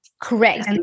Correct